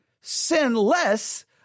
sinless